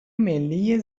ملی